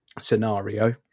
scenario